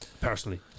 personally